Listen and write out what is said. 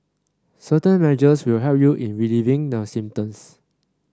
certain measures will help you in relieving the symptoms